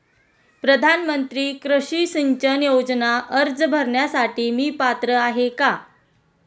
प्रधानमंत्री कृषी सिंचन योजना अर्ज भरण्यासाठी मी पात्र आहे का?